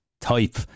type